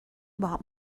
باهام